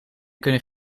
kunnen